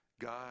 god